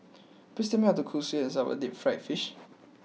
please tell me how to cook Sweet and Sour Deep Fried Fish